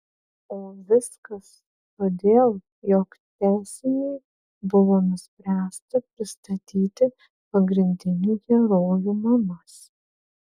o viskas todėl jog tęsiniui buvo nuspręsta pristatyti pagrindinių herojų mamas